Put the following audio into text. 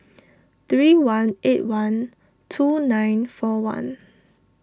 three one eight one two nine four one